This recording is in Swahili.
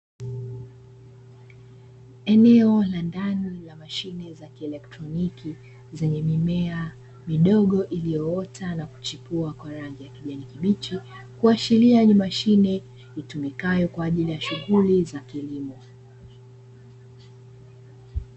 Eneo la ndani la mashine za kielektroniki, zenye mimea midogo iliyoota na kuchipua kwa rangi ya kijani kibichi, kuashiria ni mashine itumikayo kwa ajili ya shughuli za kilimo.